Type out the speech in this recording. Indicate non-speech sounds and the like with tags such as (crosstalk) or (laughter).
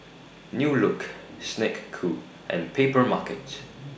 New Look Snek Ku and Papermarket (noise)